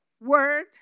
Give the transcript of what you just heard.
word